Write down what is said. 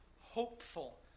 hopeful